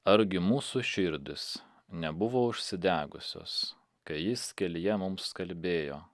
argi mūsų širdys nebuvo užsidegusios kai jis kelyje mums kalbėjo